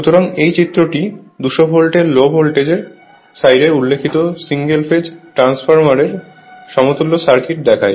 সুতরাং এই চিত্রটি 200 ভোল্টের লো ভোল্টেজ সাইডে উল্লেখিত সিঙ্গেল ফেজ ট্রান্সফরমারের সমতুল্য সার্কিট দেখায়